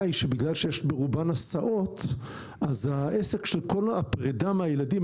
היא שבגלל שיש ברובן הסעות אז העסק של כל הפרידה מהילדים,